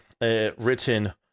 written